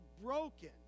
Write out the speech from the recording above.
broken